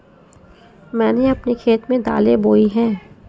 मैंने अपने खेत में दालें बोई हैं